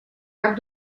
cap